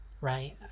right